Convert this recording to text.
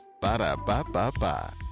Ba-da-ba-ba-ba